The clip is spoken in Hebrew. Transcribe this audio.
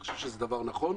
אני חושב שזה דבר נכון.